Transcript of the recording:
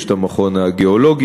יש המכון הגיאולוגי,